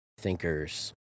thinkers